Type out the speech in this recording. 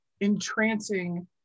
entrancing